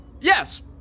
yes